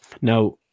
Now